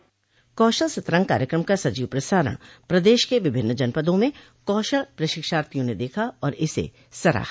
कौशल सतरंग कार्यकम का सजीव प्रसारण प्रदेश के विभिन्न जनपदों में काशल प्रशिक्षार्थियों ने देखा और इसे सराहा